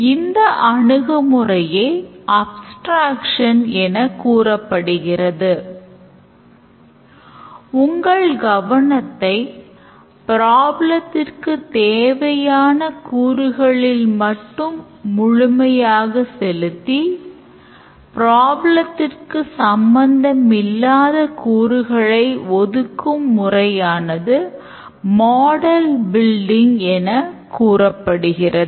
ஆனால் சில நல்ல நடைமுறைகள் திட்டவட்டமாக அதே documentation technique ஐ பயன்படுத்தக் கட்டாயமில்லையென்றாலும் பொதுவாகப் பின்பற்றப்படுகின்றன